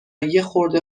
یخورده